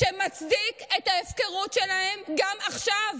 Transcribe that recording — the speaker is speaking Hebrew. שמצדיק את ההפקרה שלהם גם עכשיו.